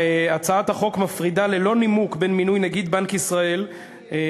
הצעת החוק מפרידה ללא נימוק בין מינוי נגיד בנק ישראל לבין